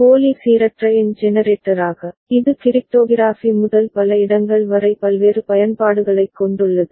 போலி சீரற்ற எண் ஜெனரேட்டராக இது கிரிப்டோகிராஃபி முதல் பல இடங்கள் வரை பல்வேறு பயன்பாடுகளைக் கொண்டுள்ளது